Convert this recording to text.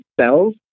cells